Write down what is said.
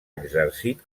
exercit